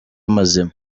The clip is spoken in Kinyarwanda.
mazima